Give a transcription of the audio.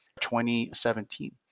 2017